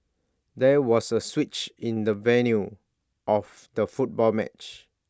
there was A switch in the venue of the football match